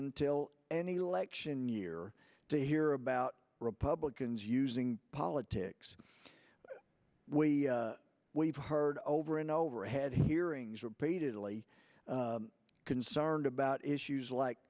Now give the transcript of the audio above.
until any lection year to hear about republicans using politics we we've heard over and over had hearings repeatedly concerned about issues like